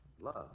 Love